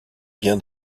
bien